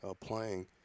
playing